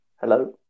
Hello